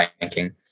banking